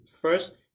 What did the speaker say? first